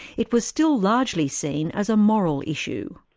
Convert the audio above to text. it was still largely seen as a moral issue.